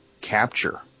capture